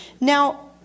Now